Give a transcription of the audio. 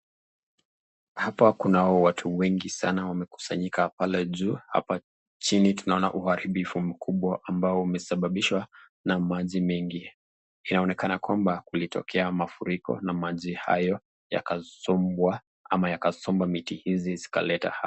Hapa kuna watu wengi sana wamekusanyika pale juu, Hapa chini tuona uharibifu mkubwa ambao umesababishwa na maji mengi yaonekana kwamba kulitokea mafuriko na maji hayo yakasombwa ama yakasomba miti hizi zikaleta haya.